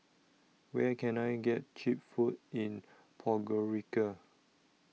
Where Can I get Cheap Food in Podgorica